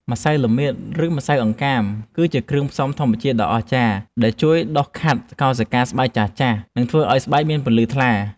ម្សៅល្មៀត ឬម្សៅអង្កាម គឺជាគ្រឿងផ្សំធម្មជាតិដ៏អស្ចារ្យដែលជួយដុសខាត់កោសិកាស្បែកចាស់ៗ និងធ្វើឱ្យស្បែកមានពន្លឺសថ្លា។